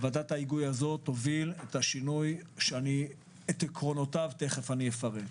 ועדת ההיגוי תוביל את השינוי שאת עקרונותיו תכף אפרט.